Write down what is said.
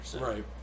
Right